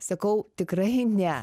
sakau tikrai ne